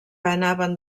anaven